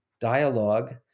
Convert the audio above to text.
dialogue